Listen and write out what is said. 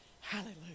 Hallelujah